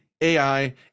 ai